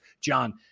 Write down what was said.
John